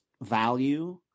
value